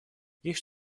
есть